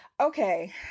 Okay